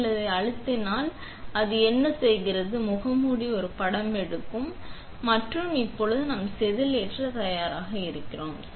நீங்கள் அதை அழுத்தினால் அது என்ன செய்கிறது முகமூடி ஒரு படம் எடுக்கும் மற்றும் இப்போது நாம் செதில் ஏற்ற தயாராக இருக்கிறோம்